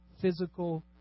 physical